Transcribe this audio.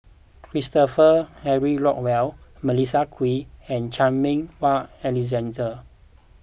Christopher Henry Rothwell Melissa Kwee and Chan Meng Wah Alexander